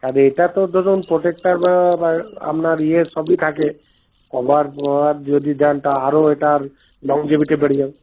আর এটা তো ধরুন প্রটেক্টটার বা আপনার ইয়ে সবই থাকে কভার ফবার যদি দেন তা আরো এটার লংজিভিটি বেড়ে যাবে